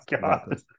god